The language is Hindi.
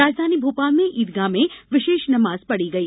राजधानी भोपाल में ईदगाह में विशेष नमाज पढ़ी गई